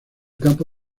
campo